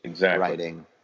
writing